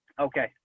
Okay